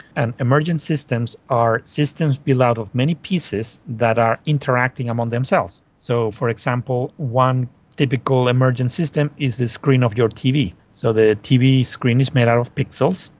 and emergent systems are systems made out of many pieces that are interacting among themselves. so, for example, one typical emergent system is the screen of your tv. so the tv screen is made out of pixels,